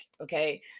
Okay